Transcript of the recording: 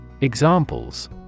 Examples